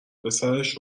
پسرش